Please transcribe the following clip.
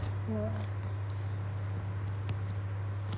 no ah